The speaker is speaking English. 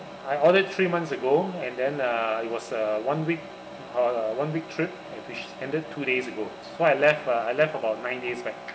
I ordered three months ago and then uh it was a one week uh one week trip which ended two days ago so I left uh I left about nine days back